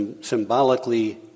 symbolically